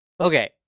Okay